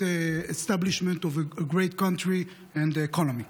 establishment of a great country and economy.